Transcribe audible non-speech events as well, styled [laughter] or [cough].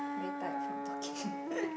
very tired for talking [laughs]